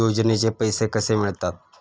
योजनेचे पैसे कसे मिळतात?